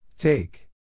Take